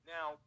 Now